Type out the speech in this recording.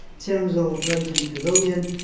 terms of brighton pavilion,